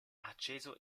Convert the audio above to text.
acceso